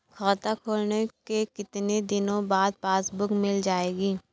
खाता खोलने के कितनी दिनो बाद पासबुक मिल जाएगी?